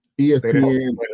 espn